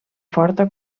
forta